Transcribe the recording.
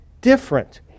different